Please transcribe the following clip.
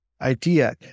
idea